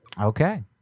Okay